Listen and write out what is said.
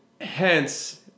hence